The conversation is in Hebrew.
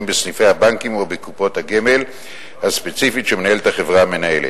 בסניפי הבנקים או בקופות הגמל הספציפיות שמנהלת החברה המנהלת.